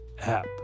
app